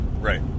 Right